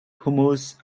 hummus